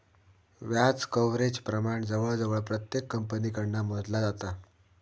व्याज कव्हरेज प्रमाण जवळजवळ प्रत्येक कंपनीकडना मोजला जाता